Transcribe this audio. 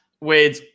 Wade